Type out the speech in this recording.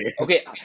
Okay